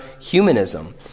humanism